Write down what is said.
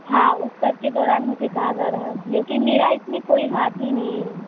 हाँ उस तक के दौरान मुझे कहा जा रहा है लेकिन मेरा इसमें कोई हाथ ही नहीं हैं